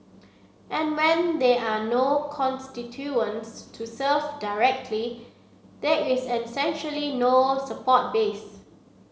and when there are no constituents to serve directly there is essentially no support base